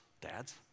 Dads